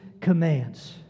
commands